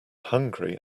hungry